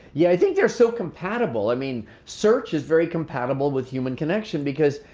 yeah, i think they're so compatible. i mean, search is very compatible with human connection because,